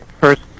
first